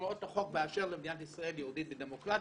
הוראות החוק באשר למדינת ישראל כיהודית ודמוקרטית,